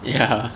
ya